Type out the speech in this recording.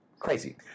Crazy